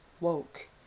woke